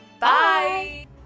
Bye